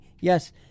Yes